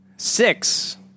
Six